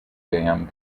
dam